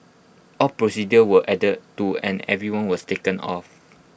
all procedures were adhered to and everyone was taken of